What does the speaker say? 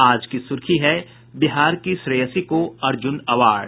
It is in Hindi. आज की सुर्खी है बिहार की श्रेयसी को अर्जुन अवार्ड